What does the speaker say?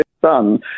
son